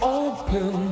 open